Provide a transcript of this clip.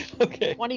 Okay